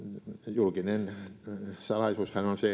julkinen salaisuushan on se